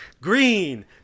green